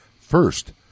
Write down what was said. first